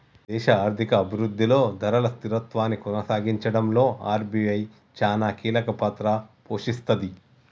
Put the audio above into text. దేశ ఆర్థిక అభిరుద్ధిలో ధరల స్థిరత్వాన్ని కొనసాగించడంలో ఆర్.బి.ఐ చానా కీలకపాత్ర పోషిస్తది